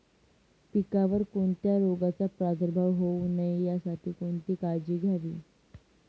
पिकावर कोणत्याही रोगाचा प्रादुर्भाव होऊ नये यासाठी कोणती काळजी घ्यावी?